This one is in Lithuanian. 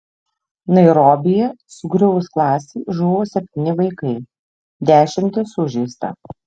nairobyje sugriuvus klasei žuvo septyni vaikai dešimtys sužeista